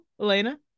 Elena